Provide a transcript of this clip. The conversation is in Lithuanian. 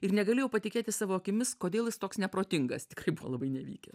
ir negalėjau patikėti savo akimis kodėl jis toks neprotingas tikrai buvo labai nevykę